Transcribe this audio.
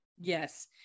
yes